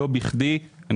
לא בכדי,